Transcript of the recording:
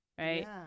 right